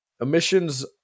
emissions